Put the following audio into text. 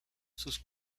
sus